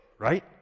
right